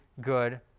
good